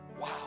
Wow